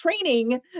training